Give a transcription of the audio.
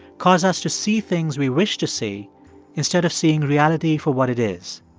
cause us to see things we wish to see instead of seeing reality for what it is.